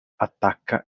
attacca